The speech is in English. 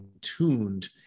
tuned